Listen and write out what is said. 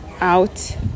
out